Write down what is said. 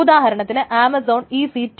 ഉദാഹരണത്തിന് Amazon EC2